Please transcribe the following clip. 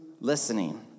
listening